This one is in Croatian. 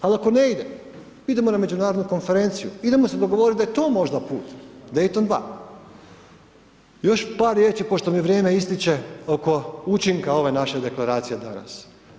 Ali ako ne ide, idemo na međunarodnu konferenciju idemo se dogovorit da je to možda put Dejton 2. Još par riječi, pošto mi vrijeme ističe oko učinka ove naše deklaracije danas.